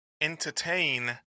entertain